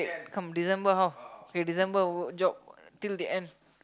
come December how K December what job till the end